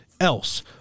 else